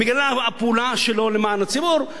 בגלל הפעולה שלו למען הציבור,